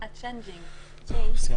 סיימנו.